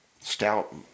stout